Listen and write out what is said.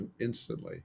instantly